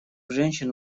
женщин